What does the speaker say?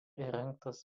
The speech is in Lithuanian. įrengtas